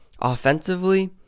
offensively